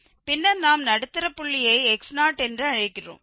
பின்னர் நாம் நடுத்தர புள்ளியை x0 என்று அழைக்கிறோம்